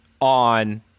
on